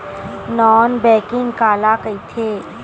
Non banking काला कइथे?